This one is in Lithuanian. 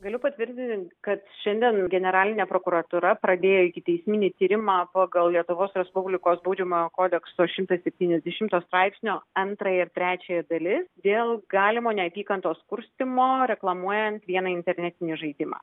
galiu patvirtinti kad šiandien generalinė prokuratūra pradėjo ikiteisminį tyrimą pagal lietuvos respublikos baudžiamojo kodekso šimtas septyniasdešimo straipsnio antrąją ir trečiąją dalis dėl galimo neapykantos kurstymo reklamuojant vieną internetinį žaidimą